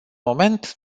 moment